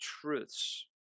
truths